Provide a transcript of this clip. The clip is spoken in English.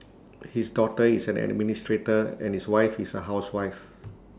his daughter is an administrator and his wife is A housewife